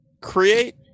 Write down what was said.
Create